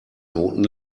noten